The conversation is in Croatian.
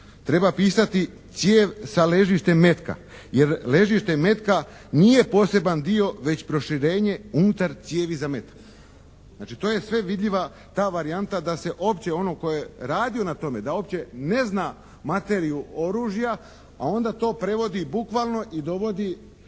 Treba pisati cijev sa ležištem metka jer ležište metka nije poseban dio već proširenje unutar cijevi za metak. Znači to je sve vidljiva ta varijanta da se uopće onaj tko je radio na tome da uopće ne zna materiju oružja, a onda to prevodi bukvalno i dovodi